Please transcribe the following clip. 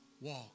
walk